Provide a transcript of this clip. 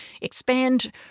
expand